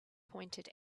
pointed